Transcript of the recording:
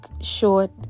short